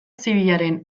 zibilaren